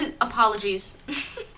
Apologies